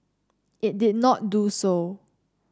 it did not do so